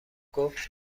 گفت